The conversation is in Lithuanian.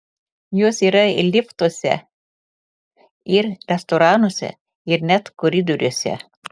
jos yra ir liftuose ir restoranuose ir net koridoriuose